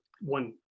one